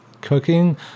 cooking